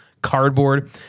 cardboard